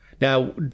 Now